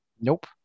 Nope